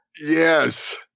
Yes